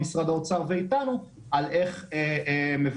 עם משרד האוצר ואיתנו על איך מוודאים